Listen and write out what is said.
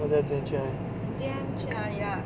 什么你今天去哪里